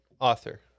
Author